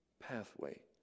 pathway